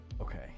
Okay